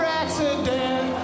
accident